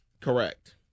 Correct